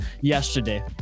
yesterday